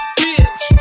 bitch